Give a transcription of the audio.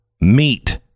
Meat